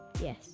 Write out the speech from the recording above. Yes